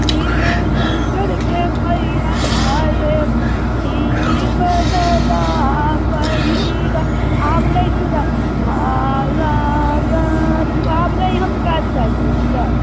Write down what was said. आब नहि सुनय आब नहि हम गाबि ताबि देब जाउ